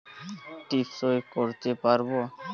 টিপ সই করতে পারবো?